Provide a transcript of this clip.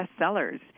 bestsellers